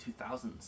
2000s